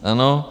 Ano?